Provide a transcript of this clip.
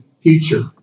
future